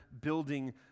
building